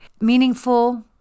meaningful